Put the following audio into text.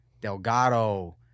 Delgado